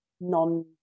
non